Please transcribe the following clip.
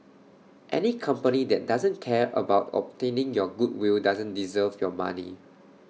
any company that doesn't care about obtaining your goodwill doesn't deserve your money